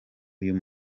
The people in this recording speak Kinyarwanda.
uyu